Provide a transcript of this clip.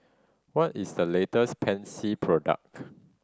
what is the latest Pansy product